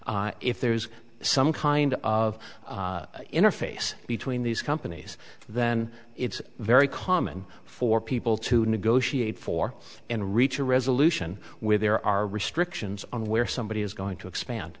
if there's some kind of interface between these companies then it's very common for people to negotiate for and reach a resolution where there are restrictions on where somebody is going to expand